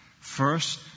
First